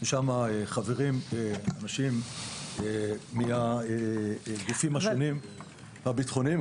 ושם חברים אנשים מהגופים השונים הביטחוניים,